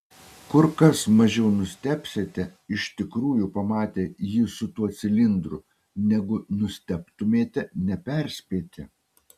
kur kas mažiau nustebsite iš tikrųjų pamatę jį su tuo cilindru negu nustebtumėte neperspėti